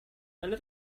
under